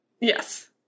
Yes